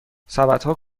سبدها